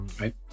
right